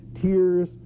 tears